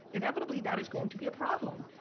inevitably, that is going to be a problem.